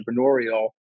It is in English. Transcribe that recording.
entrepreneurial